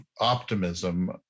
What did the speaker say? optimism